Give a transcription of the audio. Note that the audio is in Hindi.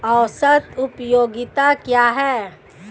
औसत उपयोगिता क्या है?